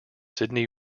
sydney